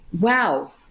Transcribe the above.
wow